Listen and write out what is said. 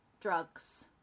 drugs